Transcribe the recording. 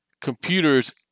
computers